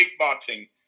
kickboxing